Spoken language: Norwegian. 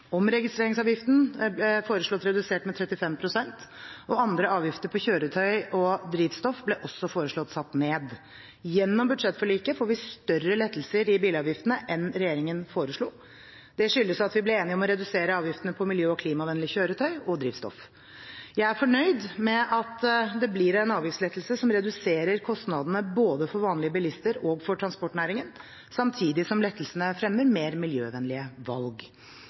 om å redusere avgiftene på miljø- og klimavennlige kjøretøy og drivstoff. Jeg er fornøyd med at det blir en avgiftslettelse som reduserer kostnadene både for vanlige bilister og for transportnæringen, samtidig som lettelsene fremmer mer miljøvennlige valg.